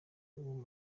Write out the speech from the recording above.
b’uwo